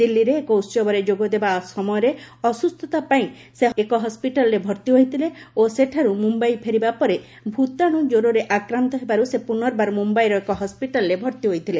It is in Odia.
ଦିଲ୍ଲୀରେ ଏକ ଉହବରେ ଯୋଗଦେବା ସମୟରେ ଅସୁସ୍ଥତା ପାଇଁ ସେ ଏକ ହସ୍କିଟାଲରେ ଭର୍ତ୍ତି ହୋଇଥିଲେ ଓ ସେଠାରୁ ମୁମ୍ବାଇ ଫେରିବା ପରେ ଭୂତାଣୁ କ୍ୱରରେ ଆକ୍ରାନ୍ତ ହେବାରୁ ସେ ପୁନର୍ବାର ମ୍ରମ୍ଭାଇର ଏକ ହସ୍କିଟାଲରେ ଭର୍ତ୍ତି ହୋଇଥିଲେ